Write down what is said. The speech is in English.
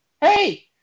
Hey